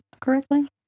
correctly